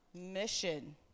mission